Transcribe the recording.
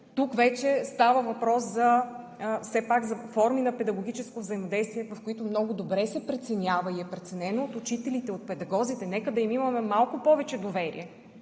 Тук вече става въпрос все пак за форми на педагогическо взаимодействие, в които много добре се преценява и е преценено от учителите, от педагозите – нека да им имаме малко повече доверие,